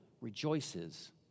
rejoices